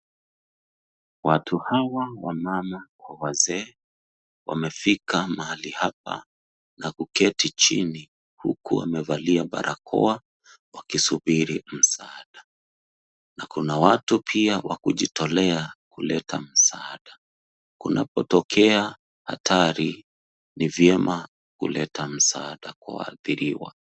Watu hawa wamama Kwa wazee wamefika mahali hapa na kuketi chini huku wamevalia barakoa wakisubiri msaada, na kuna watu pia wakujitolea kuleta msaada. Kunapotokea hatari, ni vyema kuleta msaada kwa waadhiriwa.